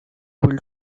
able